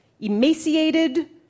Emaciated